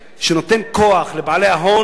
שנותן כוח לבעלי ההון,